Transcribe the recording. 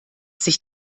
sich